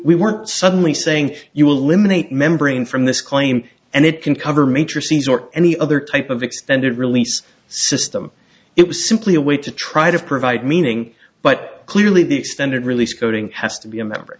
weren't suddenly saying you will limit a membrane from this claim and it can cover major scenes or any other type of extended release system it was simply a way to try to provide meaning but clearly the extended release coding has to be a member